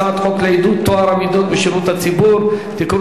הצעת חוק לעידוד טוהר המידות בשירות הציבור (תיקון,